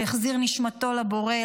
שהחזיר נשמתו לבורא,